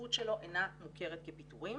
שההתפטרות שלו אינה מוכרת כפיטורים